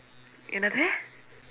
என்னது:ennathu